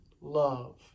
Love